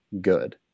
Good